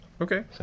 Okay